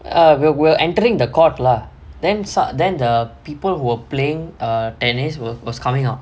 err we're we're entering the court lah then som~ then the people who were playing err tennis were was coming out